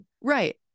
Right